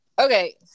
Okay